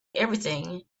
everything